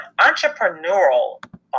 entrepreneurial